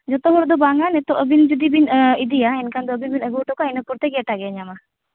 ᱡᱚᱛᱚ ᱦᱚᱲ ᱫᱚ ᱵᱟᱝᱟ ᱱᱤᱛᱳᱜ ᱟᱹᱵᱤᱱ ᱡᱩᱫᱤ ᱵᱤᱱ ᱤᱫᱤᱭᱟ ᱮᱱᱠᱷᱟᱱ ᱫᱚ ᱟᱹᱵᱤᱱ ᱵᱤᱱ ᱟᱹᱜᱩ ᱦᱚᱴᱚ ᱠᱟᱜᱼᱟ ᱤᱱᱟᱹ ᱯᱚᱨ ᱫᱚ ᱮᱴᱟᱜᱤᱡᱼᱮ ᱧᱟᱢᱟ